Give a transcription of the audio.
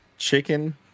chicken